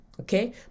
okay